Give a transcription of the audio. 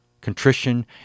contrition